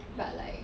but like